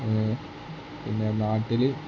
പിന്നെ നാട്ടിൽ